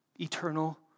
eternal